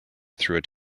through